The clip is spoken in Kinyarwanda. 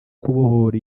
kubohora